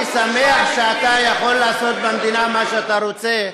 אני שמח שאתה יכול לעשות במדינה מה שאתה רוצה.